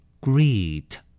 Greet